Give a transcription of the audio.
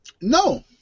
No